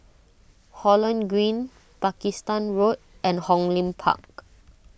Holland Green Pakistan Road and Hong Lim Park